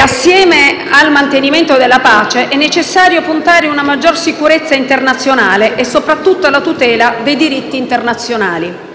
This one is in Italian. assieme al mantenimento della pace è necessario puntare a una maggiore sicurezza internazionale e, soprattutto, alla tutela dei diritti internazionali.